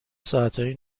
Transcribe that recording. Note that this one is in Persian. ساعتای